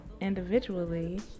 individually